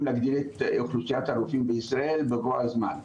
להגדיל את אוכלוסיית הרופאים בישראל בבוא הזמן.